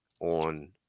on